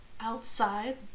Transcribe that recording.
outside